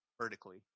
vertically